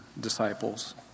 disciples